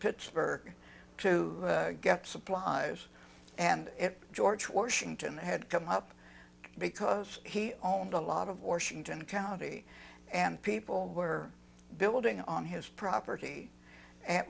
pittsburgh to get supplies and george washington had come up because he owned a lot of washington county and people were building on his property a